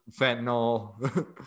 fentanyl